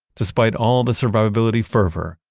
despite all the survivability fervor,